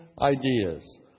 ideas